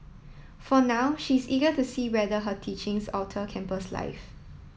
for now she is eager to see whether her teachings alter campus life